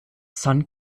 san